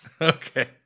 Okay